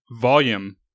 volume